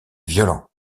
violent